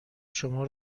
شما